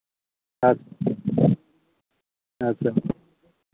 ᱟᱪᱪᱷᱟ ᱟᱪᱪᱷᱟ